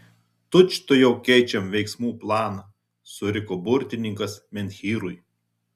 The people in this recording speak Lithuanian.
tučtuojau keičiam veiksmų planą suriko burtininkas menhyrui